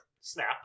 Snap